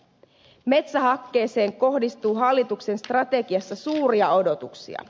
metsähakkeeseen kohdistuu hallituksen strategiassa suuria odotuksia